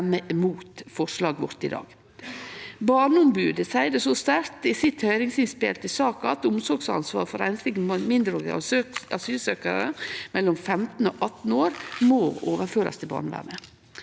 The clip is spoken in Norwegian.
stemmer imot forslaget vårt i dag. Barneombodet seier det så sterkt i sitt høyringsinnspel til saka at omsorgsansvar for einslege mindreårige asylsøkjarar mellom 15 og18 år må overførast til barnevernet.